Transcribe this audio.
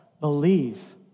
believe